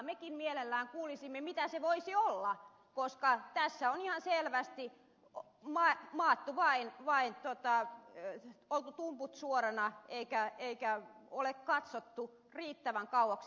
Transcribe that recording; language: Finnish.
mekin mielellämme kuulisimme mitä se voisi olla koska tässä on ihan selvästi oppimaan maan tai vain telttaa ei oltu tumput suorana eikä ole katsottu riittävän kauaksi tulevaisuuteen